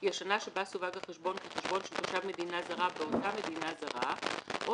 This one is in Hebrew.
היא השנה שבה סווג החשבון כחשבון של תושב מדינה זרה באותה מדינה זרה או